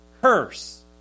curse